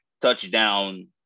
touchdown